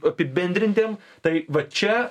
apibendrintiem tai va čia